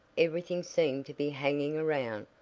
everything seemed to be hanging around,